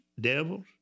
devils